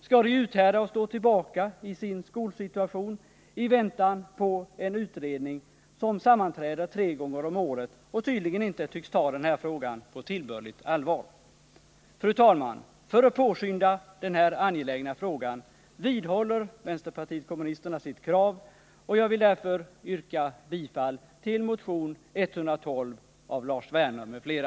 Skall de uthärda att stå tillbaka i sin skolsituation i väntan på en utredning som sammanträder tre gånger om året och tydligen inte tycks ta frågan på tillbörligt allvar? Fru talman! För att påskynda den här angelägna frågan vidhåller vänsterpartiet kommunisterna sitt krav, och jag vill därför yrka bifall till motionen 112 av Lars Werner m.fl.